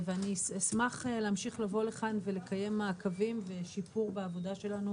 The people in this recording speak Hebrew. אני אשמח להמשיך לבוא לכאן ולקיים מעקבים ושיפור בעבודה שלנו